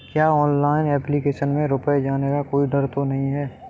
क्या online application में रुपया जाने का कोई डर तो नही है?